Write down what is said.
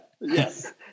Yes